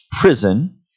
prison